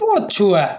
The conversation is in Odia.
ପଛୁଆ